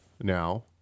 now